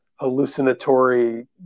Hallucinatory